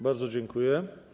Bardzo dziękuję.